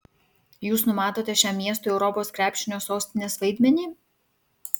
jūs numatote šiam miestui europos krepšinio sostinės vaidmenį